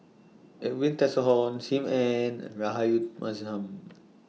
Edwin Tessensohn SIM Ann and Rahayu Mahzam